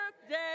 birthday